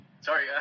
Sorry